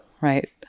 right